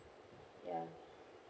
ya